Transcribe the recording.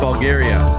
Bulgaria